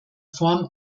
form